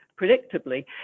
predictably